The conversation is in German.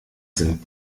sind